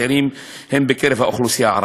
הצעירים, הם מקרב האוכלוסייה הערבית.